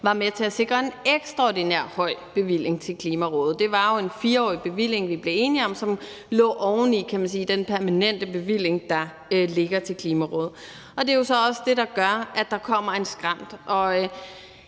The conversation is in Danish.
var med til at sikre en ekstraordinær høj bevilling til Klimarådet. Det var jo en 4-årig bevilling, vi blev enige om, som lå oven i, kan man sige, den permanente bevilling, der ligger til Klimarådet, og det er jo så også det, der gør, at der kommer en skrænt.